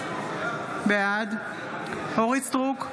בעד אורית מלכה סטרוק,